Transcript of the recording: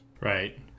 right